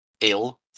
ill